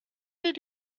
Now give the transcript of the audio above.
did